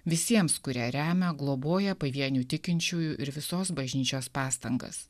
visiems kurie remia globoja pavienių tikinčiųjų ir visos bažnyčios pastangas